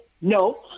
no